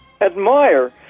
Admire